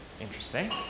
interesting